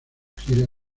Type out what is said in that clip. gira